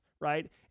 right